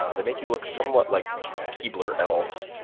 ah they make you look somewhat like keebler elves,